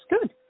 good